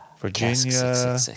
Virginia